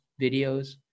videos